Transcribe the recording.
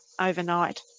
overnight